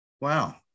Wow